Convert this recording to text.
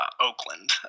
Oakland